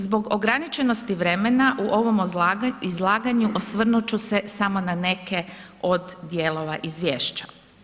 Zbog ograničenosti vremena u ovom izlaganju osvrnuti ću se samo na neke od dijelova izvješća.